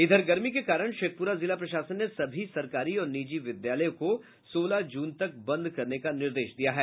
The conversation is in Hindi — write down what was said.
उधर गर्मी के कारण शेखपुरा जिला प्रशासन ने सभी सरकारी और निजी विद्यालय को सोलह जून तक बंद करने का निर्देश दिया है